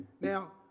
Now